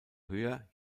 höher